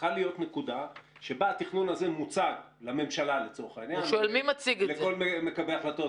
צריכה להיות נקודה שבה התכנון הזה מוצג לממשלה ולכל מקבלי ההחלטות.